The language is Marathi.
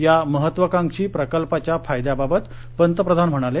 या महत्वकांक्षी प्रकल्पाच्या फायद्याबाबत पंतप्रधान म्हणाले